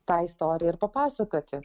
tą istoriją ir papasakoti